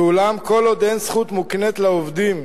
ואולם כל עוד אין זכות מוקנית לעובדים,